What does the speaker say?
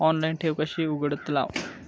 Online ठेव कशी उघडतलाव?